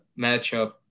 matchup